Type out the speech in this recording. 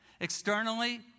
externally